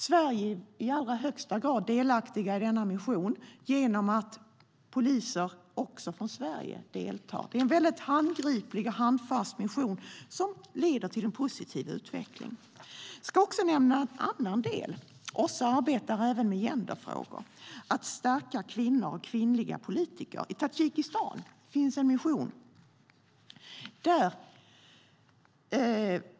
Sverige är i allra högsta grad delaktigt i denna mission genom att poliser också från Sverige deltar. Det är en väldigt handgriplig och handfast mission som leder till en positiv utveckling. Jag ska också nämna en annan del. OSSE arbetar även i genderfrågor, med att stärka kvinnor och kvinnliga politiker. I Tadzjikistan finns en mission.